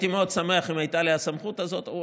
אדם חי לו חיי שגרה, זו